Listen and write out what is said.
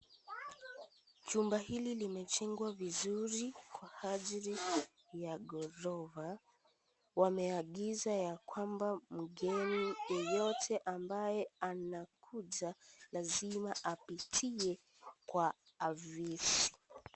Chumba hili limejengwa vizuri kwa ajili ya ghorofa. Wameagiza ya kwamba mgeni yeyote ambaye anakuja lazima apitie kwa afisi.